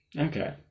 Okay